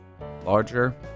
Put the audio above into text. larger